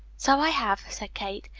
so i have, said kate.